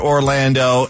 Orlando